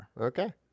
Okay